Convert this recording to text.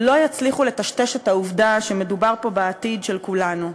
לא יצליחו לטשטש את העובדה שמדובר פה בעתיד של כולנו.